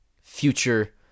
future